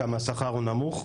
כמה השכר הוא נמוך.